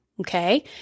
okay